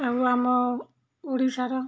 ଆଉ ଆମ ଓଡ଼ିଶାର